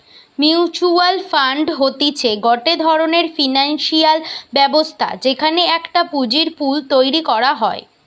mutual fund হতিছে গটে ধরণের ফিনান্সিয়াল ব্যবস্থা যেখানে একটা পুঁজির পুল তৈরী করা হয়